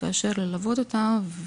ללוות אותם,